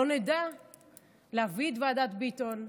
לא נדע להביא את ועדת ביטון,